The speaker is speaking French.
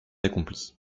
accomplie